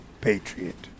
patriot